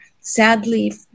sadly